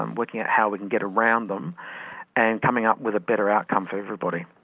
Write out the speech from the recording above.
um working out how we can get around them and coming up with a better outcome for everybody.